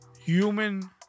Human